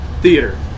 Theater